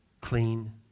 clean